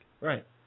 Right